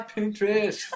Pinterest